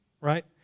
right